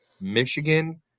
Michigan